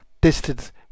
distance